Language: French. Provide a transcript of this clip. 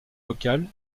locale